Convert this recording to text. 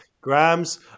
Grams